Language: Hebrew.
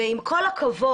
עם כל הכבוד,